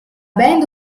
band